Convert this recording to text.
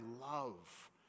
love